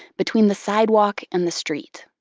between the sidewalk and the street.